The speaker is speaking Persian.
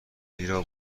بریده